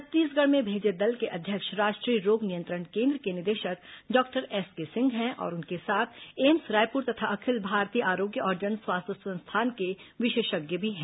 छत्तीसगढ में भेजे गये दल के अध्यक्ष राष्ट्रीय रोग नियंत्रण केंद्र के निदेशक डॉक्टर एसके सिंह हैं और उनके साथ एम्स रायपुर तथा अखिल भारतीय आरोग्य और जन स्वास्थ्य संस्थान के विशेषज्ञ भी हैं